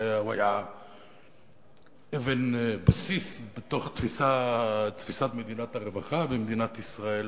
שהיה אבן בסיס בתוך תפיסת מדינת הרווחה במדינת ישראל.